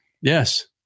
Yes